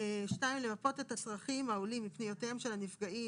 (2)למפות את הצרכים העולים מפניותיהם של הנפגעים